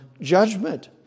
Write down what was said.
judgment